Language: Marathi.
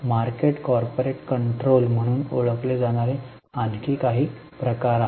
मार्केट कॉर्पोरेट कंट्रोल म्हणून ओळखले जाणारे आणखी एक प्रकार आहे